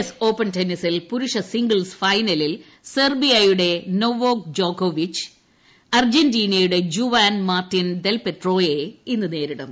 S open ടെന്നിസിൽ പുരുഷ singles ഫൈനലിൽ സെർബിയയുടെ നോവോക് തോക്ക്യോവിച്ച് അർജന്റീനയുടെ ജുവാൻ മാർട്ടിൻ ദെൽ പോട്രോയെ ഇന്ന് നേരിടും